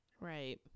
Right